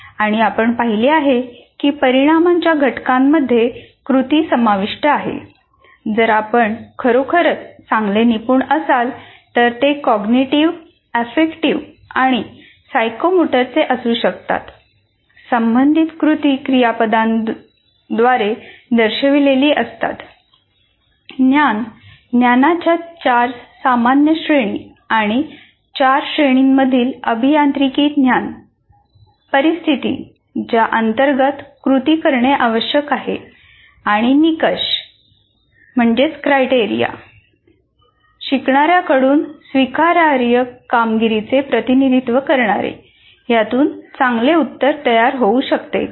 आणि आपण पाहिले आहे की परीणामांच्या घटकांमध्ये कृती समाविष्ट आहे यातून चांगले उत्तर तयार होऊ शकते